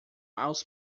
aos